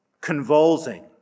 convulsing